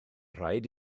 rhaid